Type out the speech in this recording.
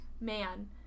man